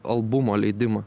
albumo leidimą